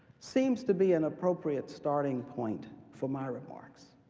seems to be an appropriate starting point for my remarks,